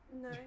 No